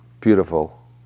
beautiful